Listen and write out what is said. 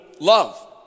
love